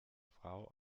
frau